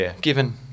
given